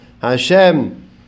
Hashem